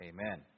Amen